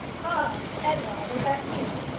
ah, edouard, is that you?